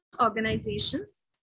organizations